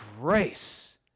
grace